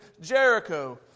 Jericho